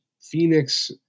Phoenix